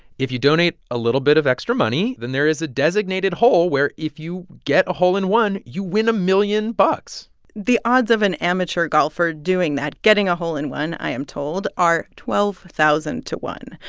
if you donate a little bit of extra money, then there is a designated hole where, if you get a hole in one, you win a million bucks the odds of an amateur golfer doing that, getting a hole in one, i am told, are twelve thousand to one.